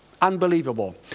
Unbelievable